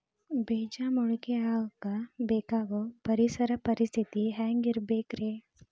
ಬೇಜ ಮೊಳಕೆಯಾಗಕ ಬೇಕಾಗೋ ಪರಿಸರ ಪರಿಸ್ಥಿತಿ ಹ್ಯಾಂಗಿರಬೇಕರೇ?